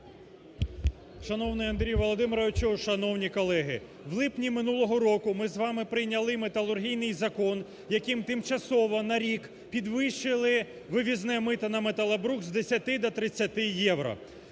Шановний Андрію Володимировичу, шановні колеги, в липні минулого року ми з вами прийняли металургійний закон, яким тимчасово, на рік, підвищили вивізне мито на металобрухт з 10-ти до 30-ти євро.